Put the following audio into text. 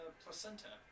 placenta